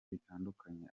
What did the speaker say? bitandukanye